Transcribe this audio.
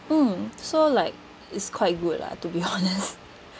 mm so like it's quite good lah to be honest